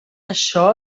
això